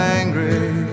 angry